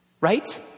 Right